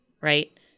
Right